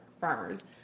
farmers